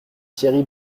thierry